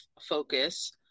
focus